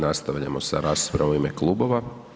Nastavljamo sa raspravom u ime klubova.